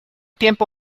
tiempo